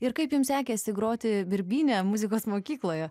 ir kaip jums sekėsi groti birbyne muzikos mokykloje